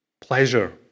Pleasure